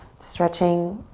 stretching,